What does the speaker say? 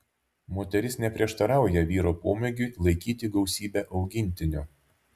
moteris neprieštarauja vyro pomėgiui laikyti gausybę augintinių